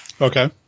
Okay